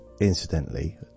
incidentally